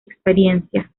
experiencia